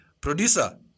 producer